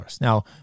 Now